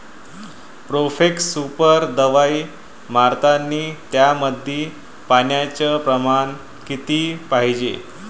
Profex super दवाई मारतानी त्यामंदी पान्याचं प्रमाण किती पायजे?